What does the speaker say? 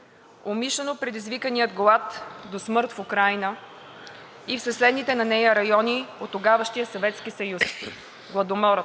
– умишлено предизвикания глад до смърт в Украйна и в съседните на нея райони от тогавашния Съветски съюз – Гладомора.